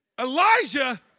Elijah